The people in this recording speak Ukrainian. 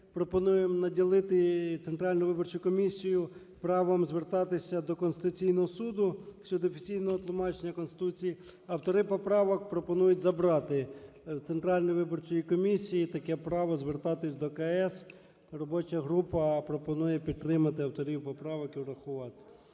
пропонуємо наділити Центральну виборчу комісію правом звертатися до Конституційного Суду України щодо офіційного тлумачення Конституції. Автори поправки пропонують забрати у Центральної виборчої комісії таке право звертатись до КС. Робоча група пропонує підтримати авторів поправки і врахувати.